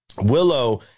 Willow